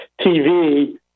TV